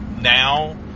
now